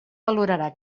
valorarà